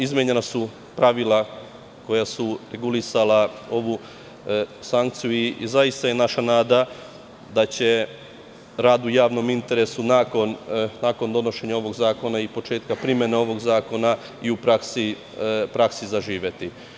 Izmenjena su pravila koja su regulisala ovu sankciju i zaista je naša nada da će rad u javnom interesu, nakon donošenja ovog zakona i početka primene ovog zakona, i u praksi zaživeti.